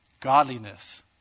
Godliness